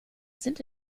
sind